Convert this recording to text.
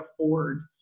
afford